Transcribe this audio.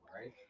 right